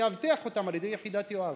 תאבטח אותם על ידי יחידת יואב.